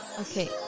Okay